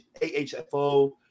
AHFO